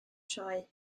sioe